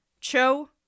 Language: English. Cho